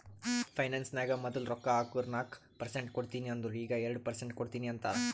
finance ನಾಗ್ ಮದುಲ್ ರೊಕ್ಕಾ ಹಾಕುರ್ ನಾಕ್ ಪರ್ಸೆಂಟ್ ಕೊಡ್ತೀನಿ ಅಂದಿರು ಈಗ್ ಎರಡು ಪರ್ಸೆಂಟ್ ಕೊಡ್ತೀನಿ ಅಂತಾರ್